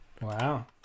wow